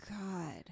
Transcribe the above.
god